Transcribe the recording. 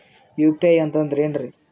UPI ಅಂತಂದ್ರೆ ಏನ್ರೀ?